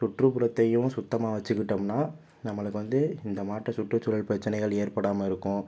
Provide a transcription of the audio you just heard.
சுற்றுப்புறத்தையும் சுத்தமாக வச்சிக்கிட்டோம்னால் நம்மளுக்கு வந்து இந்த மாற்ற சுற்றுச்சூழல் பிரச்சினைகள் ஏற்படாமல் இருக்கும்